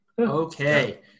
Okay